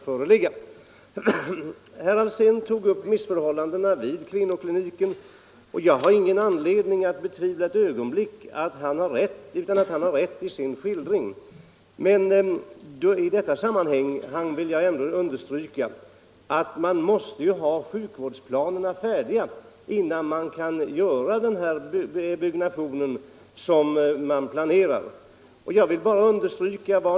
Herr Alsén tog upp missförhållandena vid kvinnokliniken. Jag har ingen anledning att ett ögonblick betvivla att hans skildring är riktig. Men i detta sammanhang vill jag understryka att sjuk vårdsplanerna måste vara färdiga innan man kan påbörja byggandet.